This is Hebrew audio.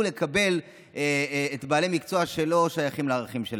לקבל בעלי מקצוע שלא שייכים לערכים שלהם.